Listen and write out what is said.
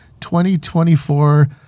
2024